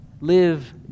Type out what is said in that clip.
live